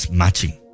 matching